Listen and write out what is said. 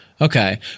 Okay